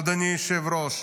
אדוני היושב-ראש?